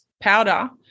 powder